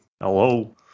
Hello